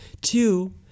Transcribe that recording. Two